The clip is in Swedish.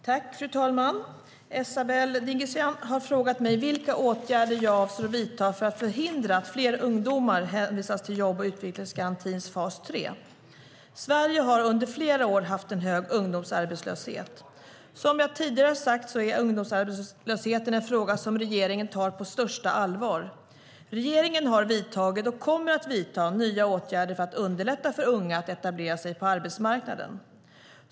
Fru talman! Esabelle Dingizian har frågat mig vilka åtgärder jag avser att vidta för att förhindra att allt fler ungdomar hänvisas till jobb och utvecklingsgarantins fas 3. Sverige har under flera år haft en hög ungdomsarbetslöshet. Som jag tidigare sagt är ungdomsarbetslösheten en fråga som regeringen tar på största allvar. Regeringen har vidtagit, och kommer att vidta, nya åtgärder för att underlätta för unga att etablera sig på arbetsmarknaden.